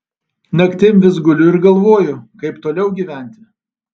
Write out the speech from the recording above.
naktim vis guliu ir galvoju kaip toliau gyventi